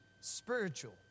spiritual